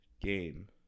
game